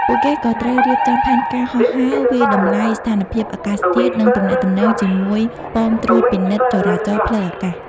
ពួកគេក៏ត្រូវរៀបចំផែនការហោះហើរ វាយតម្លៃស្ថានភាពអាកាសធាតុ និងទំនាក់ទំនងជាមួយប៉មត្រួតពិនិត្យចរាចរណ៍ផ្លូវអាកាស។